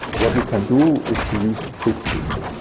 what you can do is to use the quick shift.